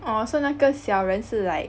oh 所以那个小人是 like